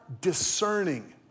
discerning